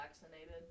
vaccinated